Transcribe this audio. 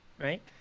right